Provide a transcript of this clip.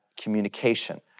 communication